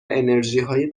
انرژیهای